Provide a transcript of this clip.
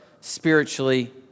spiritually